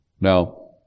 Now